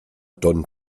ton